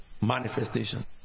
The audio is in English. manifestation